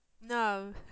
No